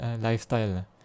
lifestyle